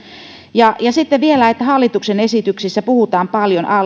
ja sitten vielä hallituksen esityksessä puhutaan paljon